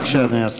בבקשה, אדוני השר.